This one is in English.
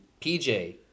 PJ